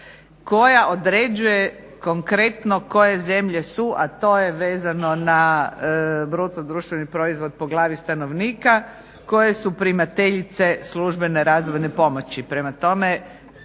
koja određuje konkretno koje zemlje su, a to je vezano na BDP po glavi stanovnika koje su primateljice službene razvojne pomoći.